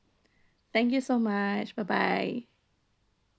thank you so much bye bye